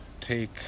take